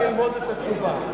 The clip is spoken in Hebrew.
טוב שנתת לשר זמן ללמוד את התשובה.